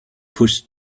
pushed